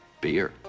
beer